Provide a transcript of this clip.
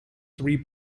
three